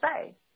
say